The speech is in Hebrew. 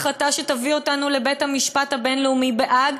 החלטה שתביא אותנו לבית-המשפט הבין-לאומי בהאג,